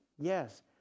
Yes